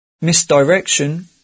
misdirection